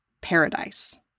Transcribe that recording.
paradise